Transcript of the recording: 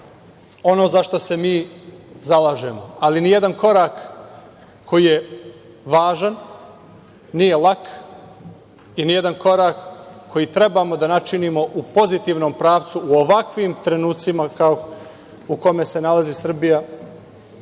ono za šta se mi zalažemo, ali ni jedan korak koji je važan nije lak i ni jedan korak koji trebmo da načinimo u pozitivnom pravcu u ovakvim trenucima u kome se nalazi Srbija,